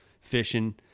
fishing